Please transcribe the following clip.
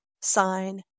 sign